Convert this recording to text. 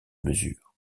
mesure